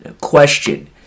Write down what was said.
Question